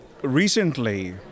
Recently